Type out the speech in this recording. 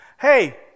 hey